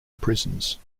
prisons